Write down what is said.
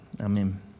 Amen